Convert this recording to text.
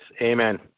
Amen